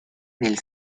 del